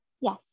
Yes